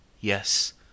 Yes